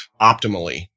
optimally